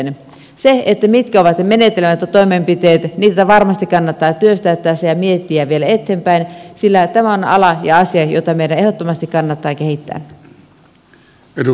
sitä mitkä ovat ne menetelmät ja toimenpiteet varmasti kannattaa työstää tässä ja miettiä vielä eteenpäin sillä tämä on ala ja asia jota meidän ehdottomasti kannattaa kehittää